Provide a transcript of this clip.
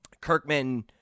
Kirkman